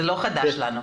בסדר, זה לא חדש לנו.